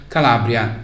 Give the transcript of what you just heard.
Calabria